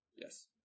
yes